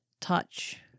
touch